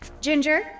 Ginger